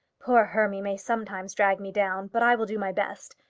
poor hermy may sometimes drag me down. but i will do my best.